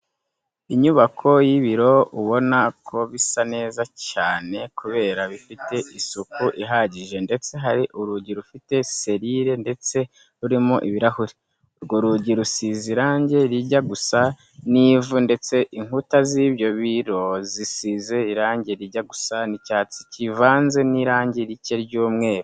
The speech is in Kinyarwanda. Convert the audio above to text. Inyubako y'ibiro ubona ko bisa neza cyane kubera bifite isuku ihagije ndetse hari urugi rufite serire ndetse rurimo ibirahure, urwo rugi rusize irange rijya gusa n'ivu ndetse inkuta z'ibyo biro zisize irange rijya gusa n'icyatsi kivanze n'irange rike ry'umweru.